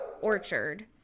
orchard